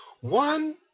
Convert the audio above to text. one